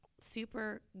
super